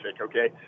okay